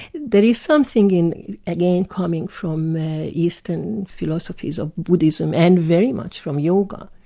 there is something again coming from eastern philosophies of buddhism and very much from yoga.